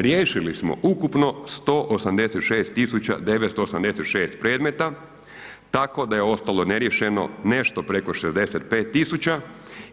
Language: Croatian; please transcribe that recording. Riješili smo ukupno 186.986 predmeta tako da je ostalo neriješeno nešto preko 65.000